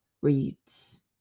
Reads